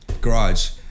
Garage